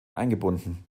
eingebunden